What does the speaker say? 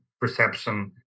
perception